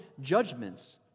judgments